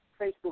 Facebook